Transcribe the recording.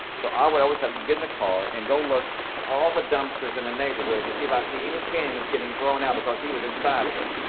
so i would always have to get in the car and go look at all the dumpsters in the neighborhood to see if i see any cans getting thrown out because he was inside of it.